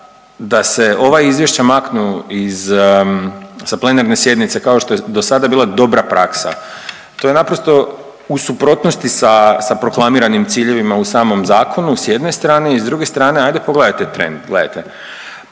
da se ova izvješća maknu sa plenarne sjednice kao što je do sada bila dobra praksa to je naprosto u suprotnosti sa proklamiranim ciljevima u samom zakonu s jedne strane. I s druge strane hajde pogledajte trend. Gledajte